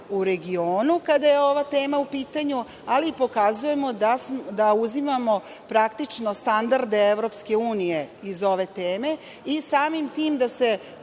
u regionu, kada je ova tema u pitanju, ali pokazujemo da uzimamo praktično standarde EU, iz ove teme, i samim tim da se